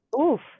Oof